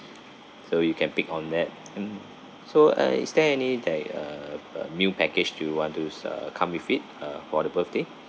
so you can pick on that mm so uh is there any that uh a new package do you want to s~ uh come with it uh for the birthday